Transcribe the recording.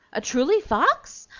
a truly fox?